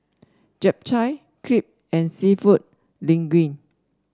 Japchae Crepe and seafood Linguine